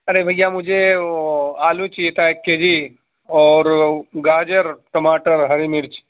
ارے بھیا مجھے وہ آلو چاہیے تھا ایک کے جی اور گاجر ٹماٹر اور ہری مرچ